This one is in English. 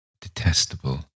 detestable